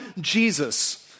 Jesus